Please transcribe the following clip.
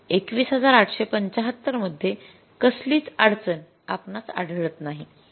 तर २१८७५ मध्ये कसलीच अडचण आपणास आढळत नाही